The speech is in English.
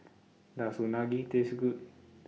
Does Unagi Taste Good